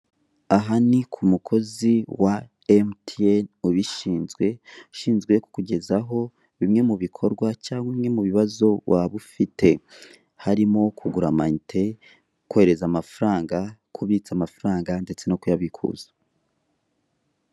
Aha ni ku mukozi wa emutiyrne ubishinzwe ishinzwe kukuzesaho bimwe mu bikorwa cyangwa bimwe mu bibazo waba ufite , harimo kugura amayinite, kohereza amafaranga kubitsa amafaranga ndetse no kubikuza.